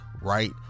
right